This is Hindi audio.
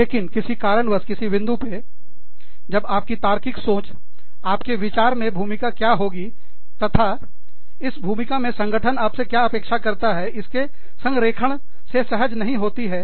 लेकिन किसी कारणवश किसी बिंदु पर जब आप की तार्किक सोच आपके विचार में भूमिका क्या होगी तथा इस भूमिका में संगठन आपसे क्या अपेक्षा करता है इसके संरेखण से सहज नहीं होती है